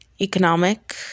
economic